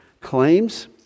claims